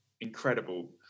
incredible